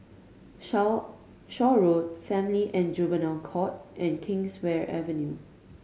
Shaw Shaw Road Family and Juvenile Court and Kingswear Avenue